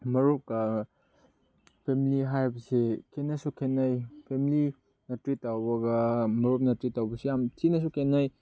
ꯃꯔꯨꯞꯀ family ꯍꯥꯏꯕꯁꯦ ꯈꯦꯅꯁꯨ ꯈꯦꯅꯩ ꯐꯦꯃꯤꯂꯤꯅ ꯇ꯭ꯔꯤꯠ ꯇꯧꯕꯒ ꯃꯔꯨꯞꯅ ꯇ꯭ꯔꯤꯠ ꯇꯧꯕꯁꯤ ꯌꯥꯝ ꯊꯤꯅꯁꯨ ꯈꯦꯅꯩ